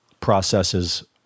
processes